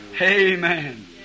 Amen